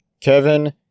Kevin